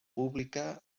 pública